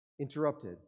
interrupted